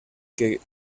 que